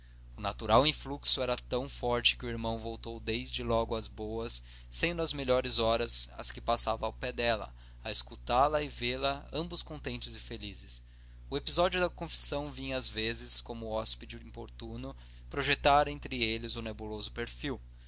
natural influxo era tão forte que o irmão voltou desde logo às boas sendo as melhores horas as que passava ao pé dela a escutá la e a vê-la ambos contentes e felizes o episódio da confissão vinha às